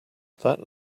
that